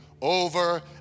over